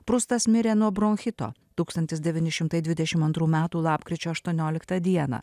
prustas mirė nuo bronchito tūkstantis devyni šimtai dvidešimt antrųjų metų lapkričio aštuonioliktą dieną